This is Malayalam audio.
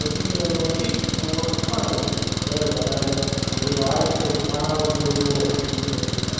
ഹെഡിങ്ങെല്ലാം നോക്കി അങ്ങോട്ടും പറഞ്ഞ് കൊടുക്കും അത്രയെ ഉള്ളു അല്ലാണ്ട് ഇതു വായിച്ച് കാണാതെ പഠിച്ച് വെക്കുകയോ ഒന്നും ചെയ്യുന്നില്ല